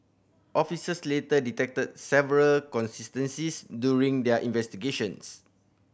officers later detected several inconsistencies during their investigations